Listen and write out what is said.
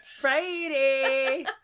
Friday